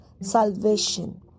salvation